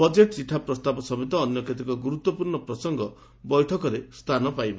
budget ଚିଠା ପ୍ରସ୍ତାବ ସମେତ ଅନ୍ୟ କେତେକ ଗୁରୁତ୍ୱପୂର୍ଶ୍ଣ ପ୍ରସଙ୍ଗ ବୈଠକରେ ସ୍ଚାନ ପାଇବ